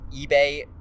eBay